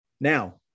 now